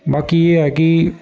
बाकी एह् ऐ कि